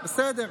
בסדר.